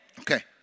Okay